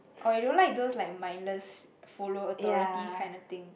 oh you don't like those like mindless follow authority kind of thing